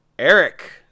Eric